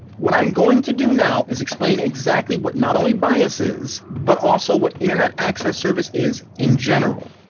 what i'm going to do now is explain exactly what not only bias is, but also what internet access service is in general.